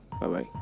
Bye-bye